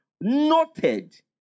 noted